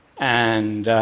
and